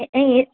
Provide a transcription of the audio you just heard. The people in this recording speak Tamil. எ